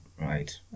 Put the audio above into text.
right